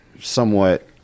somewhat